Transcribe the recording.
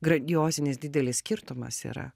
grandiozinis didelis skirtumas yra